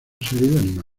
serie